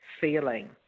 feeling